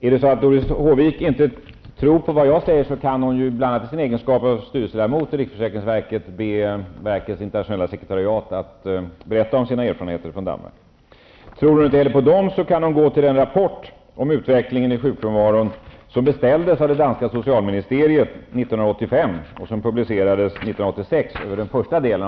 Är det så att Doris Håvik inte tror på vad jag säger, kan hon bl.a. i sin egenskap av styrelseledamöt i riksförsäkringsverket be verkets internationella sekreteriat att berätta om sina erfarenheter från Danmark. Tror hon inte heller på dem kan hon gå till den rapport om utvecklingen i fråga om sjukfrånvaron som beställdes av det danska socialministeriet 1985 och vars första del publicerades 1986.